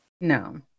No